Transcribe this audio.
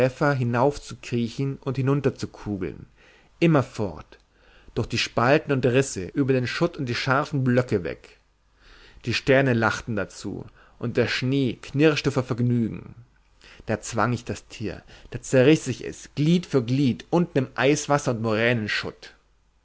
hinaufzukriechen und hinunterzukugeln immerfort durch die spalten und risse über den schutt und die scharfen blöcke weg die sterne lachten dazu und der schnee knirschte vor vergnügen da zwang ich das tier da zerriß ich es glied für glied unten im eiswasser und